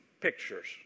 pictures